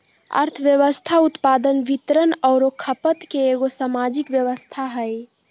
अर्थव्यवस्था उत्पादन, वितरण औरो खपत के एगो सामाजिक व्यवस्था हइ